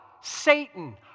Satan